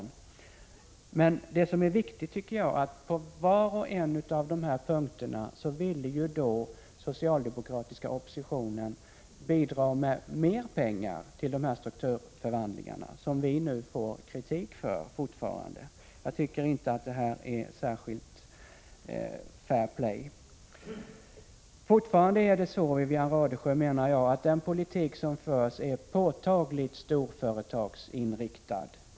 Men jag tycker att det som är viktigt är att på var och en av dessa punkter ville den socialdemokratiska oppositionen bidra med mera pengar till dessa strukturförändringar, som vi fortfarande får kritik för. Jag tycker inte att det här är fair play. Alltjämt är det enligt min mening så, Wivi-Anne Radesjö, att den politik som förs är påtagligt storföretagsinriktad.